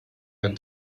ein